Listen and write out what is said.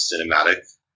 cinematic